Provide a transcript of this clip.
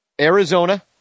Arizona